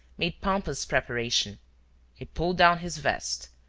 made pompous preparation he pulled down his vest,